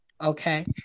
Okay